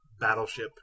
battleship